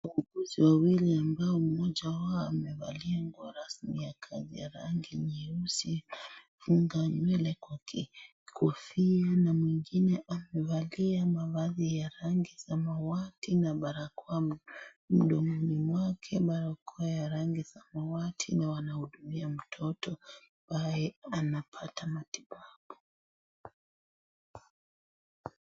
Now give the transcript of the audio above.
Wauguzi wawili ambao mmoja waoa mevali nguo rasmi ya rangi ya nyeusi amefungu nywele kwa kofia na mwengine amevalia mavazi ya rangi samawati na barakoa mdomoni mwake, barakoa ya rangi samawati na wanahudumia mtoto ambaye anapata matibabu.